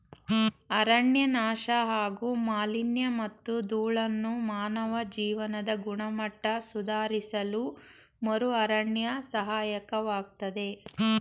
ಅರಣ್ಯನಾಶ ಹಾಗೂ ಮಾಲಿನ್ಯಮತ್ತು ಧೂಳನ್ನು ಮಾನವ ಜೀವನದ ಗುಣಮಟ್ಟ ಸುಧಾರಿಸಲುಮರುಅರಣ್ಯ ಸಹಾಯಕವಾಗ್ತದೆ